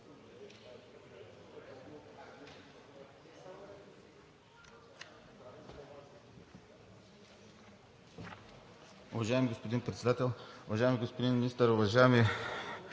Уважаеми господин Председател, уважаеми господин Министър, уважаеми